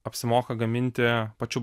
apsimoka gaminti pačiu